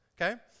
okay